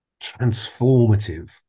transformative